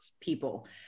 people